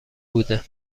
بوده